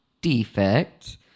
defect